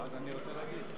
אז אני רוצה להגיב.